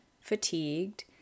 fatigued